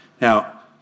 Now